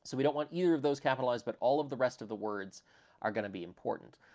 so we don't want either of those capitalized, but all of the rest of the words are going to be important.